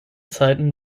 zeiten